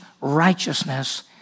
righteousness